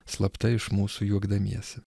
slapta iš mūsų juokdamiesi